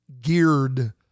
geared